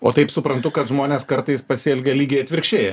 o taip suprantu kad žmonės kartais pasielgia lygiai atvirkščiai